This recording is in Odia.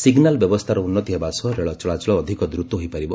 ସିଗନାଲ୍ ବ୍ୟବସ୍ଥାର ଉନ୍ନିତ ହେବା ସହ ରେଳ ଚଳାଚଳ ଅଧିକ ଦୂତ ହୋଇପାରିବ